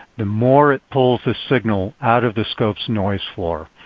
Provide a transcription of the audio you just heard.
the more it pulls the signal out of the scope's noise floor.